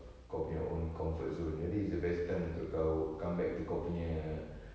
kau punya own comfort zone jadi this is the best time untuk kau come back to kau punya